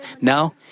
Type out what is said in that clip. now